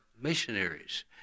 missionaries